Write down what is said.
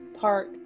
Park